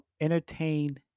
entertain